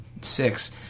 six